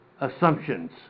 assumptions